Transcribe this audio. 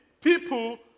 people